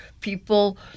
people